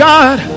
God